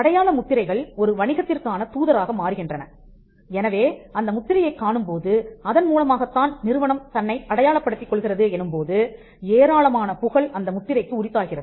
அடையாள முத்திரைகள் ஒரு வணிகத்திற்கான தூதராக மாறுகின்றன எனவே அந்த முத்திரையைக் காணும்போது அதன் மூலமாகத்தான் நிறுவனம் தன்னை அடையாளப்படுத்திக் கொள்கிறது எனும் போது ஏராளமான புகழ் அந்த முத்திரைக்கு உரித்தாகிறது